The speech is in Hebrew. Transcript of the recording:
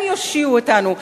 הם יושיעו אותנו,